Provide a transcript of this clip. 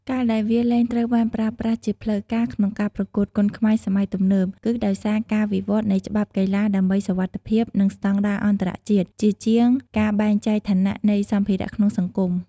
ការដែលវាលែងត្រូវបានប្រើប្រាស់ជាផ្លូវការក្នុងការប្រកួតគុនខ្មែរសម័យទំនើប គឺដោយសារការវិវត្តន៍នៃច្បាប់កីឡាដើម្បីសុវត្ថិភាព និងស្តង់ដារអន្តរជាតិ ជាជាងការបែងចែកឋានៈនៃសម្ភារៈក្នុងសង្គម។